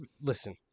listen